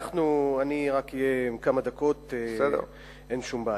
אני אהיה רק כמה דקות, אין שום בעיה.